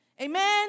Amen